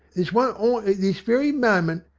there's one on at this very moment.